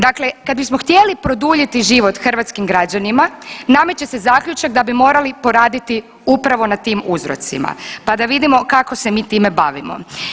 Dakle kad bismo htjeli produljiti život hrvatskim građanima nameće se zaključak da bi morali poraditi upravo na tim uzrocima, pa da vidimo kako se mi time bavimo.